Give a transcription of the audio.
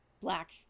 black